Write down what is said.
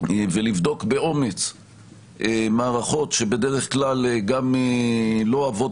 ולבדוק באומץ מערכות שבדרך כלל גם לא אוהבות